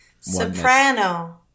Soprano